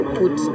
put